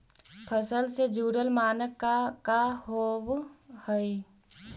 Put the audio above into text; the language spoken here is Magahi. फसल से जुड़ल मानक का का होव हइ?